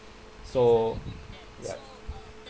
so yup